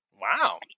wow